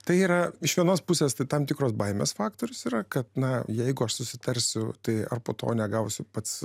tai yra iš vienos pusės tai tam tikros baimės faktorius yra kad na jeigu aš susitarsiu tai ar po to negausiu pats